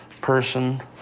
person